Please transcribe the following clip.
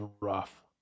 rough